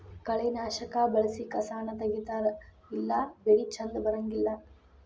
ಕಳೆನಾಶಕಾ ಬಳಸಿ ಕಸಾನ ತಗಿತಾರ ಇಲ್ಲಾ ಬೆಳಿ ಚಂದ ಬರಂಗಿಲ್ಲಾ